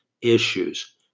issues